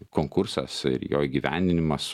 konkursas ir jo įgyvendinimas